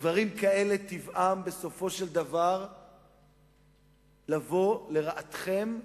דברים כאלה, טבעם בסופו של דבר לבוא לרעתכם,